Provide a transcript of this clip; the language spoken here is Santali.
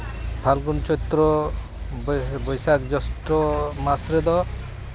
ᱯᱷᱟᱞᱜᱩᱱ ᱪᱳᱛᱨᱚ ᱵᱳᱭᱥᱟᱠᱷ ᱡᱳᱥᱴᱚ ᱢᱟᱥ ᱨᱮᱫᱚ